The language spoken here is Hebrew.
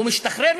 הוא משתחרר,